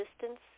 distance